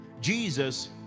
Jesus